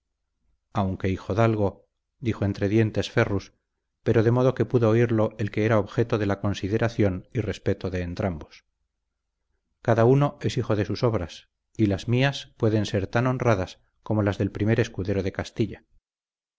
aunque hijodalgo aunque hijodalgo dijo entre dientes ferrus pero de modo que pudo oírlo el que era objeto de la consideración y respeto de entrambos cada uno es hijo de sus obras y las mías pueden ser tan honradas como las del primer escudero de castilla